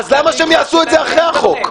אז למה שהם יעשו את זה אחרי החוק?